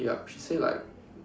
yup she say like